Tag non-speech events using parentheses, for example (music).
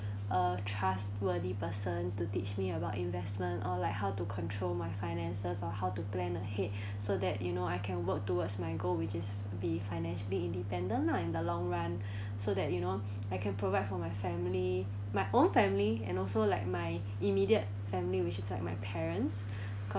a trustworthy person to teach me about investment or like how to control my finances or how to plan ahead (breath) so that you know I can work towards my goal which is to be financially independent lah in the long run (breath) so that you know (breath) I can provide for my family my own family and also like my immediate family which is like my parents (breath)